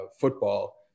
football